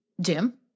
Jim